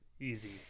Easy